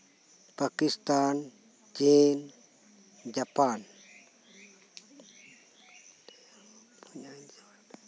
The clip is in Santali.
ᱯᱟᱠᱤᱥᱛᱷᱟᱱ ᱪᱤᱱ ᱡᱟᱯᱟᱱ